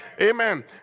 Amen